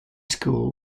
school